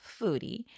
foodie